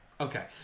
Okay